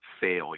failure